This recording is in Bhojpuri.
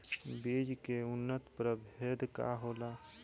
बीज के उन्नत प्रभेद का होला?